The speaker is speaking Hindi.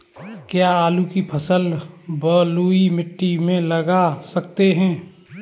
क्या आलू की फसल बलुई मिट्टी में लगा सकते हैं?